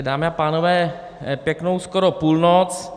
Dámy a pánové, pěknou skoro půlnoc.